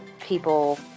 people